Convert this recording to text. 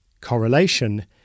Correlation